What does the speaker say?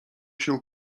się